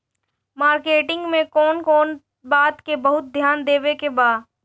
Marketing मे कौन कौन बात के बहुत ध्यान देवे के बा?